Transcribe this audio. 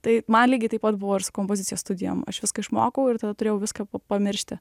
tai man lygiai taip pat buvo ir su kompozicijos studijom aš viską išmokau ir tada turėjau viską pa pamiršti